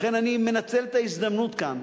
לכן אני מנצל את ההזדמנות כאן,